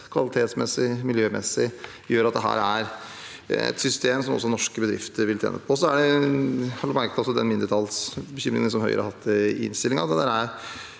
kvalitetsmessig og miljømessig, gjør at dette er et system også norske bedrifter vil tjene på. Jeg har lagt merke til de mindretallsbekymringene Høyre har i innstillingen.